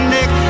Nick